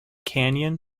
canyon